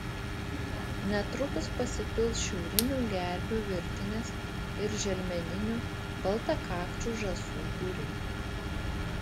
netrukus pasipils šiaurinių gervių virtinės ir želmeninių baltakakčių žąsų būriai